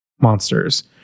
monsters